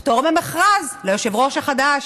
פטור ממכרז ליושב-ראש החדש.